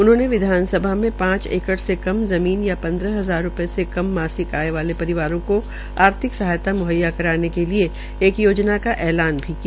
उन्होंने विधानसभा में पांच एकड़ से कम ज़मीन या पन्द्रह हजार रूपये से कम मासिक आये वाले परिवारों को आर्थिक सहायता मुहैया करवाने के लिये एक योजना का ऐलान भी किया